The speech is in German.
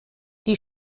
die